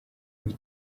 umva